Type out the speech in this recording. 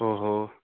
ओ हो